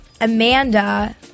Amanda